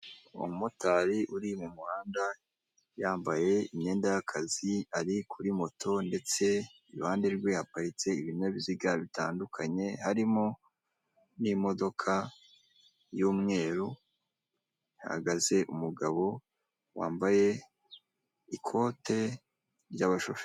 Umumotari uri mu muhanda, yambaye imyenda y'akazi, ari kuri moto ndetse iruhande rwe haparitse ibinyabiziga bitandukanye, harimo n'imodoka y'umweru ihagaze, umugabo wambaye ikote ry'abashoferi.